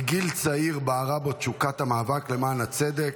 מגיל צעיר בערה בו תשוקת המאבק למען הצדק,